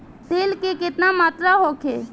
तेल के केतना मात्रा होखे?